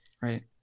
Right